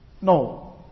No